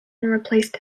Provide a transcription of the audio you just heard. replaced